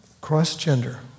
Cross-gender